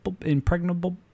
impregnable